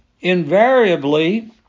invariably